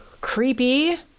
Creepy